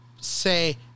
say